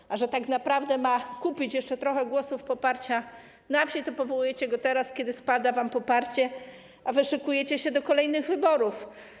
Ale ponieważ tak naprawdę ma on kupić jeszcze trochę głosów poparcia na wsi, to powołujecie go teraz, kiedy spada wam poparcie, a wy szykujecie się do kolejnych wyborów.